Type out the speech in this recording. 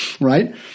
right